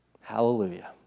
Hallelujah